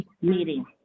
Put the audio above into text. meeting